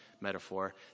metaphor